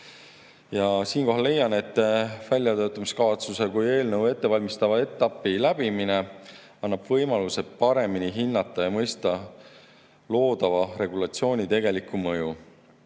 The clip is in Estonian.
kolmel juhul. Leian, et väljatöötamiskavatsuse kui eelnõu ettevalmistava etapi läbimine annab võimaluse paremini hinnata ja mõista loodava regulatsiooni tegelikku mõju.